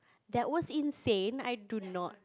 that was insane I do not